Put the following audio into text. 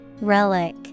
Relic